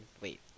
wait